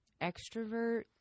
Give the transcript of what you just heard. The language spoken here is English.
Extrovert